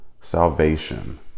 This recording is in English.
salvation